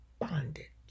bondage